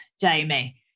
Jamie